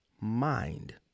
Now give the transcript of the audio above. mind